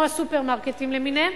כמו הסופרמרקטים למיניהם,